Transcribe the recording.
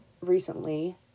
recently